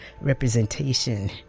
representation